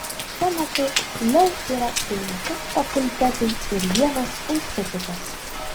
šiuo metu leu yra penkis fakultetai ir vienas institutas